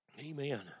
Amen